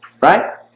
right